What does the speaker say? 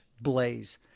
blaze